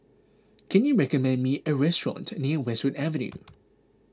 can you recommend me a restaurant near Westwood Avenue